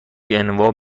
گنوا